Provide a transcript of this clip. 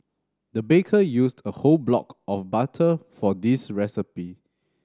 the baker used a whole block of butter for this recipe